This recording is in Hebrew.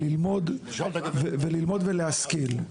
וללמוד ולהשכיל.